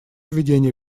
ведения